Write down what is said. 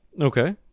Okay